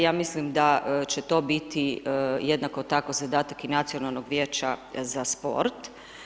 Ja mislim da će to biti jednako tako zadatak i Nacionalnog vijeća za sport.